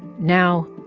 now,